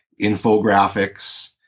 infographics